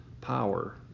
power